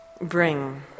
bring